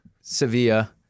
Sevilla